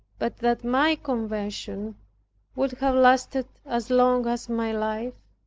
but that my conversion would have lasted as long as my life?